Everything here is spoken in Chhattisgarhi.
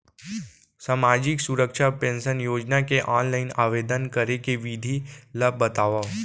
सामाजिक सुरक्षा पेंशन योजना के ऑनलाइन आवेदन करे के विधि ला बतावव